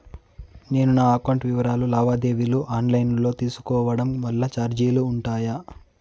నేను నా అకౌంట్ వివరాలు లావాదేవీలు ఆన్ లైను లో తీసుకోవడం వల్ల చార్జీలు ఉంటాయా?